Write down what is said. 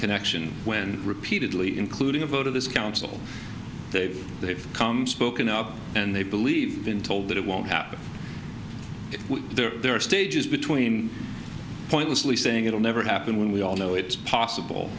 connection when repeatedly including a vote of this council they've they've come spoken up and they believe been told that it won't happen if there are stages between pointlessly saying it'll never happen when we all know it's possible